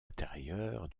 intérieurs